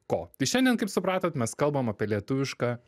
ko tai šiandien kaip supratot mes kalbam apie lietuvišką